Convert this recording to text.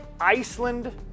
Iceland